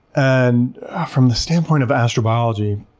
and from the standpoint of astrobiology,